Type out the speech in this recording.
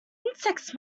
insects